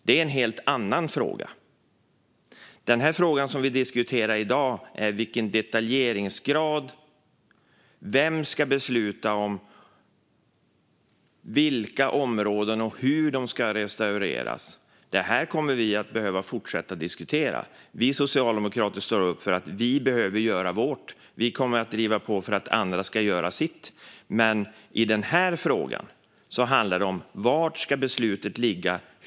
Det är en helt annan fråga. Den fråga som vi diskuterar i dag handlar om vilken detaljeringsgrad det ska vara, vem som ska besluta om vilka områden och hur de ska restaureras. Detta kommer vi att behöva fortsätta diskutera. Vi socialdemokrater står upp för att vi behöver göra vårt. Vi kommer att driva på för att andra ska göra sitt. Men i denna fråga handlar det om: Var ska beslutet ligga?